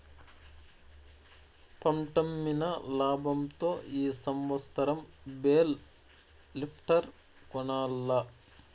పంటమ్మిన లాబంతో ఈ సంవత్సరం బేల్ లిఫ్టర్ కొనాల్ల